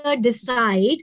decide